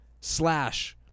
slash